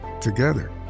Together